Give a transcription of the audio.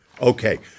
Okay